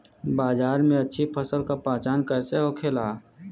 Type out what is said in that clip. बाजार में अच्छी फसल का पहचान कैसे होखेला?